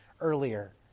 earlier